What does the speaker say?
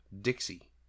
Dixie